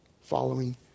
following